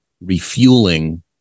refueling